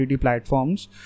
platforms